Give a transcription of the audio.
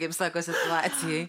kaip sako situacijoj